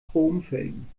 chromfelgen